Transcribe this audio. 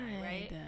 Right